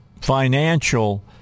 financial